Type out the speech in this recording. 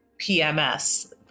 PMS